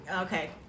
Okay